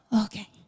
okay